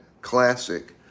classic